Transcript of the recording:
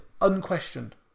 unquestioned